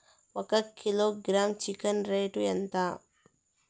ఒక kilogram chicken rate ఎంత?